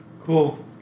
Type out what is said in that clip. cool